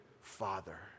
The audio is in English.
father